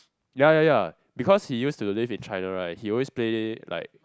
ya ya ya because he used to live in China right he always play like